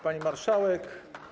Pani Marszałek!